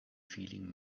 feeling